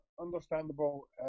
understandable